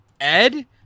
Ed